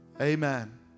Amen